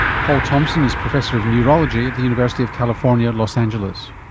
paul thompson is professor of neurology at the university of california los angeles.